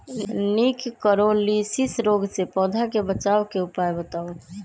निककरोलीसिस रोग से पौधा के बचाव के उपाय बताऊ?